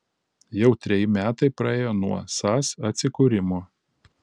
jau treji metai praėjo nuo sas atsikūrimo